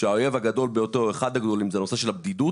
האויב הגדול או אחד הגדולים זה נושא הבדידות.